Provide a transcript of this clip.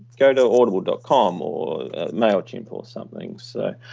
go to audible dot com or mailchimp or something. so